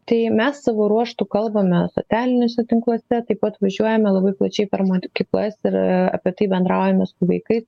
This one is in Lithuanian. tai mes savo ruožtu kalbame socialiniuose tinkluose taip pat važiuojame labai plačiai per mokyklas ir apie tai bendraujame su vaikais